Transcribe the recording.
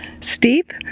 steep